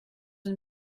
une